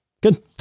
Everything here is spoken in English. good